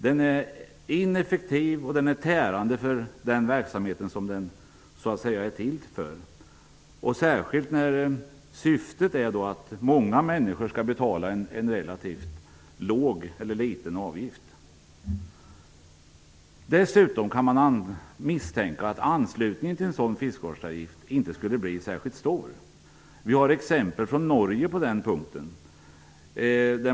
Den är ineffektiv och tärande för den verksamhet som den är till för. Det gäller särskilt när syftet är att många människor skall betala en relativt låg avgift. Dessutom kan man misstänka att anslutningen till en sådan fiskevårdsavgift inte skulle bli särskilt stor. Vi kan peka på exempel från Norge på den punkten.